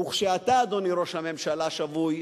וכשאתה, אדוני ראש הממשלה שבוי,